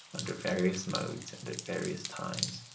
under various modes and at various times,